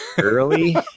early